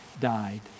died